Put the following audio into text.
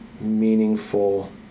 meaningful